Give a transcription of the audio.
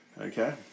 Okay